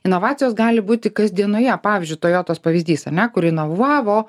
inovacijos gali būti kasdienoje pavyzdžiui tojotos pavyzdys ar ne kur inovavo